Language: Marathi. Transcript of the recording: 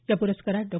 या प्रस्कारात डॉ